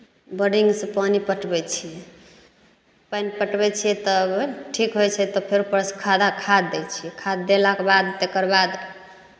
बोडिंग सऽ पानि पटबै छियै पानि पटबै छियै तब ठीक होइ छै तऽ फेर उपर स खारा खाद दै छियै खाद देलाक बाद तेकर बाद